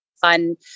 fun